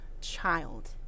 child